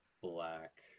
black